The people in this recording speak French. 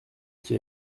qui